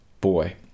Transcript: Boy